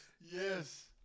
Yes